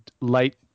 light